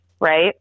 right